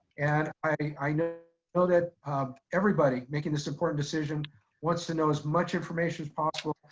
and i know know that everybody making this important decision wants to know as much information as possible.